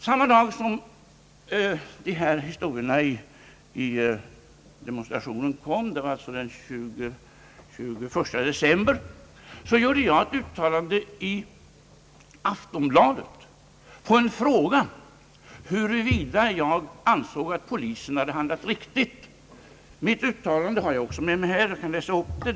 Samma dag som de här demonstrationshistorierna kom — det var den 21 december — så gjorde jag ett uttalande i Aftonbladet med anledning av en fråga huruvida jag ansåg att polisen hade handlat riktigt. Mitt uttalande har jag också med här, och jag kan läsa upp det.